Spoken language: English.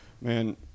Man